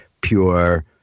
pure